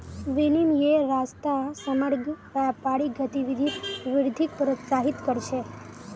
विनिमयेर रास्ता समग्र व्यापारिक गतिविधित वृद्धिक प्रोत्साहित कर छे